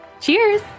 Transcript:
Cheers